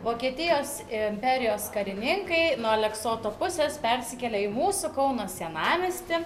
vokietijos imperijos karininkai nuo aleksoto pusės persikėlė į mūsų kauno senamiestį